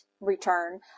return